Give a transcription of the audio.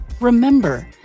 remember